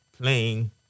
playing